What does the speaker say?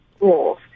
rules